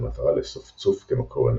במטרה לאסוף צוף כמקור אנרגיה,